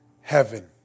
heaven